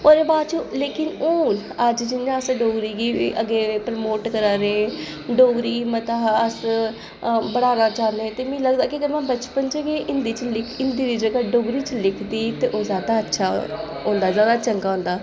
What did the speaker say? ओह्दे बाद च लेकिन हून अज्ज जि'यां अस डोगरी गी बी अग्गें प्रमोट करै दे डोगरी गी मता अस बधावा चाह्न्नें ते मिगी लगदा की में बचपन च गै हिंदी च हिंदी दी जगह् डोगरी च लिखदी ते ओह् जैदा अच्छा होंदा जैदा चंगा होंदा